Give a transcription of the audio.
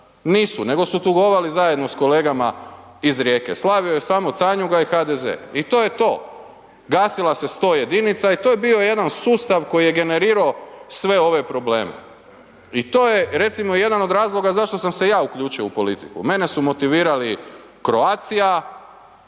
nisu, nego su tugovali zajedno sa kolegama iz Rijeke, slavio je samo Canjuga i HDZ i to je to. Gasila se 101-ica i to je bio jedan sustav koji je generirao sve ove probleme. I to je recimo jedan od razloga zašto sam se ja uključio u politiku. Mene su motivirali Croatia,